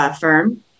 firm